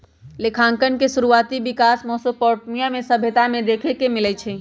लेखांकन के शुरुआति विकास मेसोपोटामिया के सभ्यता में देखे के मिलइ छइ